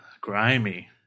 Grimy